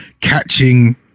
catching